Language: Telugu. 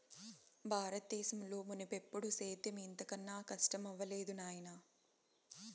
బారత దేశంలో మున్నెప్పుడూ సేద్యం ఇంత కనా కస్టమవ్వలేదు నాయనా